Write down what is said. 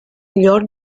melhor